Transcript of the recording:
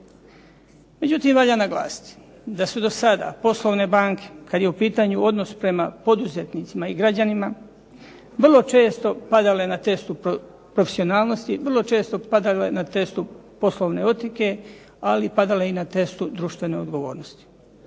Međutim, valja naglasiti, da su do sada poslovne banke kada je u pitanju odnos prema poduzetnicima i građanima vrlo često padale na testu profesionalnosti, vrlo često padale na testu poslovne etike, ali i padale na testu društvene odgovornosti.